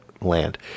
land